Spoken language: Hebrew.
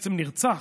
בעצם נרצח,